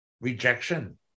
Rejection